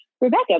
Rebecca